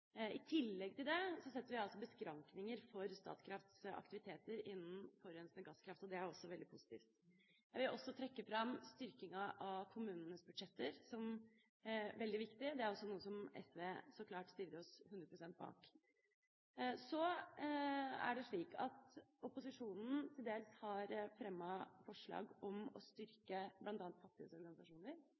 I tillegg til det setter vi altså beskrankninger for Statkrafts aktiviteter når det gjelder forurensende gasskraft, og det er også positivt. Jeg vil også trekke fram styrking av kommunenes budsjetter som veldig viktig. Det er også noe som SV klart stiller seg 100 pst. bak. Så er det slik at opposisjonen til dels har fremmet forslag om å styrke